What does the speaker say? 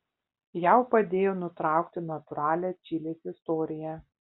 jav padėjo nutraukti natūralią čilės istoriją